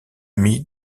mis